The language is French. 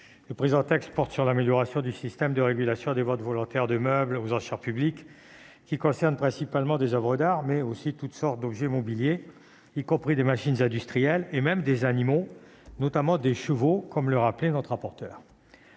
le présent texte porte sur l'amélioration du système de régulation des ventes volontaires de meubles aux enchères publiques, soit principalement des oeuvres d'art, mais aussi toutes sortes d'objets mobiliers, y compris des machines industrielles et même des animaux, notamment des chevaux, comme l'a rappelé notre rapporteure.